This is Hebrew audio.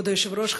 כבוד היושב-ראש,